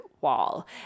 wall